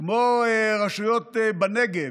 כמו רשויות בנגב,